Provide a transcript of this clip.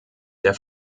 der